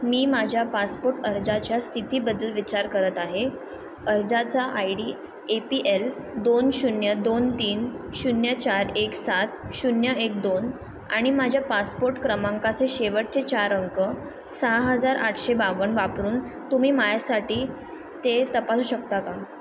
मी माझ्या पासपोट अर्जाच्या स्थितीबद्दल विचार करत आहे अर्जाचा I D A P L दोन शून्य दोन तीन शून्य चार एक सात शून्य एक दोन आणि माझ्या पासपोट क्रमांकाचे शेवटचे चार अंक सहा हजार आठशे बावन्न वापरून तुम्ही माझ्यासाठी ते तपासू शकता का